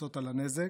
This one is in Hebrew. לפצות על הנזק.